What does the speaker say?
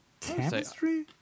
Chemistry